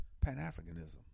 Pan-Africanism